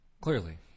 Clearly